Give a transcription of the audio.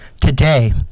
today